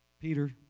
Peter